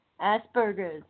Asperger's